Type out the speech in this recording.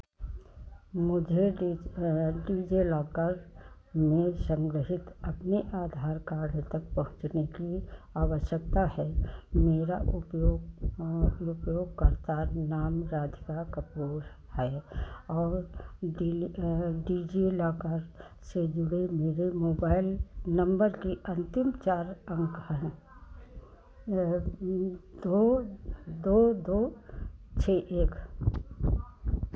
मुझे डीज डिजिलॉकर में संग्रहीत अपने आधार कार्ड तक पहुँचने की आवश्यकता है मेरा उपयोग उपयोगकर्ता नाम राधिका कपूर है और डिली डिजिलॉकर से जुड़े मेरे मोबाइल नंबर के अंतिम चार अंक हैं दो दो दो छः एक